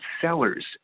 sellers